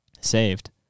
saved